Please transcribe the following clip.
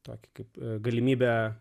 tokį kaip galimybę